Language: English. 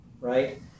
Right